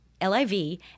L-I-V